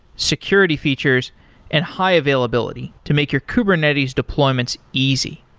security features and high availability to make your kubernetes deployments easy.